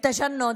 בהתגייסות